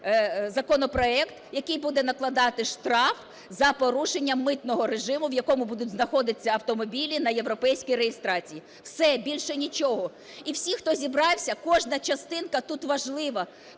законопроект, який буде накладати штраф за порушення митного режиму, в якому будуть знаходитися автомобілі на європейській реєстрації. Все, більше нічого. І всі, хто зібрався, кожна частинка тут важлива,